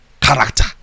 character